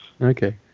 Okay